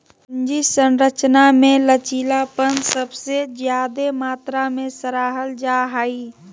पूंजी संरचना मे लचीलापन सबसे ज्यादे मात्रा मे सराहल जा हाई